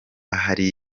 hari